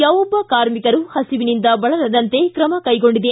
ಯಾವೊಬ್ಬ ಕಾರ್ಮಿಕರು ಹಸಿವಿನಿಂದ ಬಳಲದಂತೆ ಕ್ರಮಕ್ಟೆಗೊಂಡಿದೆ